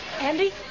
Andy